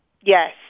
Yes